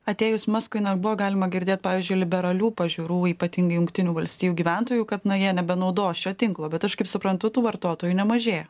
atėjus maskui na buvo galima girdėt pavyzdžiui liberalių pažiūrų ypatingai jungtinių valstijų gyventojų kad jie nebenaudos šio tinklo bet aš kaip suprantu tų vartotojų nemažėja